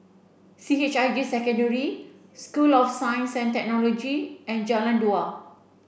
C H I J Secondary School of Science and Technology and Jalan Dua